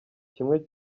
kimwe